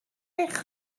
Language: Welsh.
eich